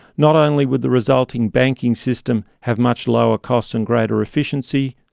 not only would the resulting banking system have much lower costs and greater efficiency,